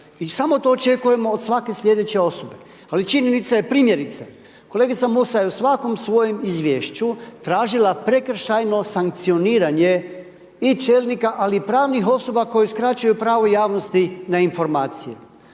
i samo to očekujemo od svake sljedeće osobe. Ali činjenica je primjerice, kolegica Musa je u svakom svojem Izvješću, tražila prekršajno sankcioniranje i čelnika, ali i pravnih osoba koje uskraćuju pravo javnosti na informacije,